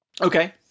Okay